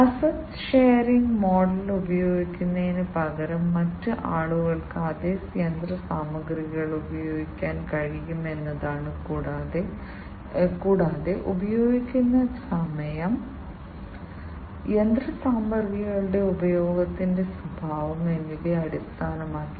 വ്യത്യസ്ത യന്ത്രസംവിധാനങ്ങളെ ബന്ധിപ്പിക്കുന്ന വ്യവസായ സ്കെയിലിൽ ഞങ്ങൾക്ക് ഒരു വയർലെസ് സെൻസറും ആക്യുവേറ്റർ ശൃംഖലയും ഉണ്ട് ഈ വ്യത്യസ്ത യന്ത്രസംവിധാനങ്ങളുടെ വ്യത്യസ്ത മോണിറ്ററിംഗ് പ്രവർത്തനങ്ങൾ നിർവ്വഹിക്കുന്നതിനായി പ്രവർത്തിക്കുന്നു മനുഷ്യരും യന്ത്രങ്ങളുമായി സംസാരിക്കുന്നു